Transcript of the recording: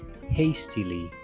hastily